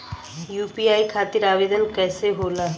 UPI खातिर आवेदन कैसे होला?